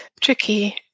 Tricky